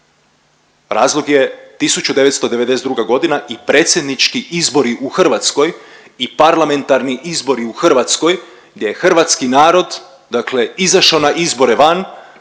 Razlog je 1992. g. i predsjednički izbori u Hrvatskoj i parlamentarni izbori u Hrvatskoj gdje je hrvatski narod dakle izašao na izbore van,